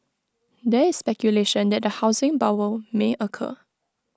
there is speculation that A housing bubble may occur